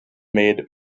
made